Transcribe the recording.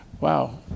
Wow